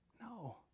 No